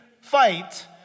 fight